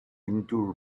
endure